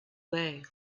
lay